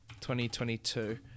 2022